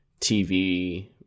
TV